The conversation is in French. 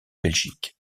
belgique